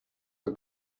for